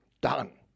Done